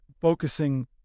focusing